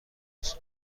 است